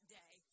day